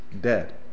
dead